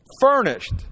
furnished